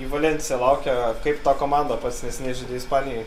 į valensiją laukia kaip ta komanda pats neseniai žaidei ispanijoj